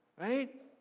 right